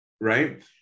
right